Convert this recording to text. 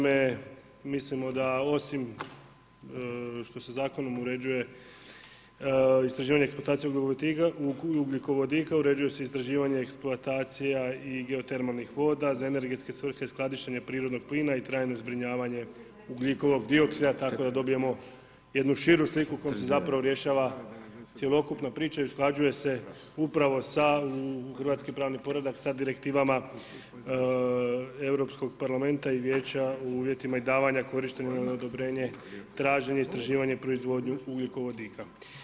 Mislimo osim što se zakonom uređuje istraživanje eksploatacije ugljikovodika, uređuje se istraživanje eksploatacije i geotermalnih voda za energetske svrhe, skladištenje prirodnog plina i trajno zbrinjavanje ugljikovog dioksida, tako da dobijemo jednu širu sliku kroz koju se zapravo rješava cjelokupna priča i usklađuje se upravo sa hrvatskim pravni poredak, sa direktivama Europskog parlamenta i Vijeća u uvjetima i davanja korištenje odobrenje, traženje i istraživanje proizvodnje ugljikovodika.